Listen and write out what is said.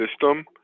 system